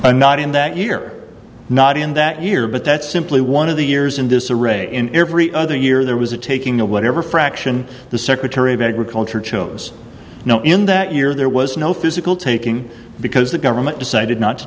and not in that year not in that year but that's simply one of the years in this re in every other year there was a taking the whatever fraction the secretary of agriculture chose you know in that year there was no physical taking because the government decided not to